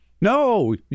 No